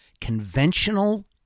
Conventional